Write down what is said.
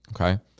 okay